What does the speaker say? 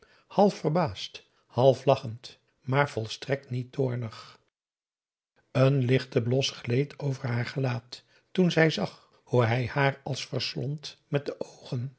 half verbaasd half lachend maar volstrekt niet toornig een lichte blos gleed over haar gelaat toen zij zag hoe hij haar als verslond met de oogen